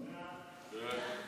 להצבעה.